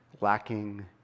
lacking